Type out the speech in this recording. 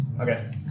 Okay